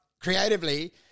creatively